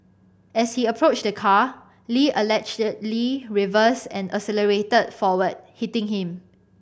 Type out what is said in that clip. as he approached the car Lee allegedly reversed and accelerated forward hitting him